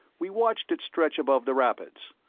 we watched it stretch above the rapids.